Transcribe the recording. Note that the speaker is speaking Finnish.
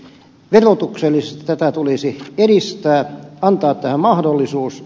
verotuksellisesti tätä tulisi edistää antaa tähän mahdollisuus